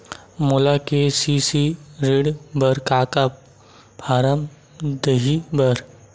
मोला के.सी.सी ऋण बर का का फारम दही बर?